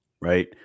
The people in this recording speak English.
right